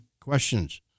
questions